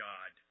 God